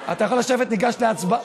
אתה יכול לגשת להצבעה?